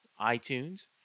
iTunes